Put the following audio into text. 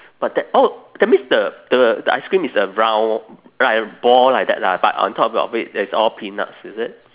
but that oh that means the the the ice cream is a round like ball like that lah but on top of it it's all peanuts is it